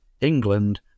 England